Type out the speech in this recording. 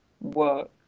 work